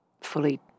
fully